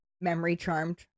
memory-charmed